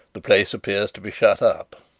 the place appears to be shut up.